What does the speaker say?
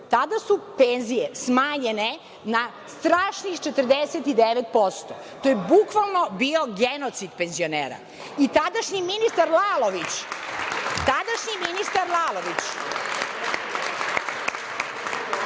Tada su penzije smanjene na strašnih 49%. To je bukvalno bio genocid penzionera. Tadašnji ministar Lalović je rekao da nije